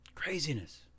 Craziness